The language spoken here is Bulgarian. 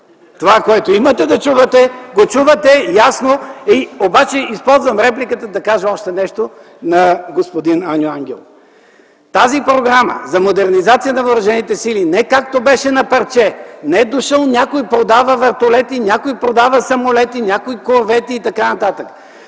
Това, което имате да чувате, го чувате ясно. Използвам репликата, да кажа още нещо на господин Аню Ангелов. Тази Програма за модернизация на въоръжените сили, не както беше – на парче, не дошъл някой, продава вертолети, някой продава самолети, някой – корвети и т.н.,